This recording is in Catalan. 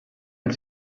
els